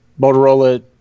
Motorola